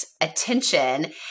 attention